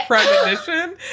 premonition